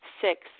Six